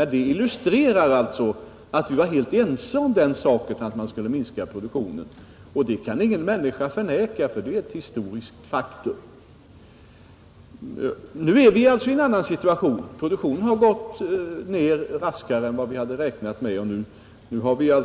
Men det illustrerar att vi var helt ense om att produktionen borde minskas, Ingen människa kan förneka detta, som är ett historiskt faktum, Nu befinner vi oss i en annan situation, och produktionen har gått ned raskare än vi räknat med. Därför har vi